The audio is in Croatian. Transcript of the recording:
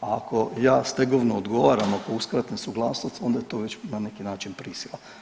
Ako ja stegovno odgovaram, ako uskratim suglasnost onda je to već na neki način prisila.